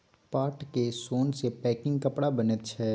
पाटक सोन सँ पैकिंग कपड़ा बनैत छै